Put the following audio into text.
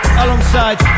alongside